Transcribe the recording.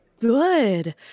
good